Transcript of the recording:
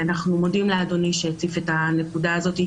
אנחנו מודים לאדוני שהציף את הנקודה הזאת,